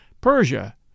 Persia